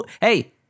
Hey